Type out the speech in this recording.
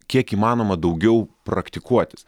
kiek įmanoma daugiau praktikuotis